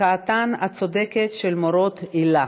מחאתם הצודקת של מורות ומורי היל"ה,